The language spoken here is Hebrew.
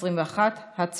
2021. הצבעה.